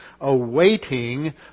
awaiting